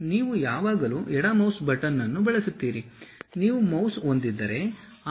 ನೀವು ಯಾವಾಗಲೂ ಎಡ ಮೌಸ್ ಬಟನ್ ಅನ್ನು ಬಳಸುತ್ತೀರಿ ನೀವು ಮೌಸ್ ಹೊಂದಿದ್ದರೆ ಆ ಮೌಸ್ ಬಲ ಎಡವು ಇರುತ್ತದೆ